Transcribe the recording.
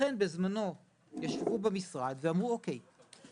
ולכן בזמנו ישבו במשרד ואמרו: אוקיי,